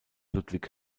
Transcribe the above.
ludwig